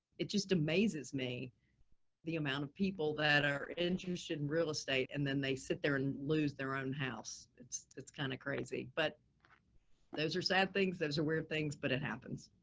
it just amazes me the amount of people that are induced in real estate, and then they sit there and lose their own house. it's it's kind, kinda of crazy, but those are sad things. those are weird things. but it happens.